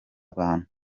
abantu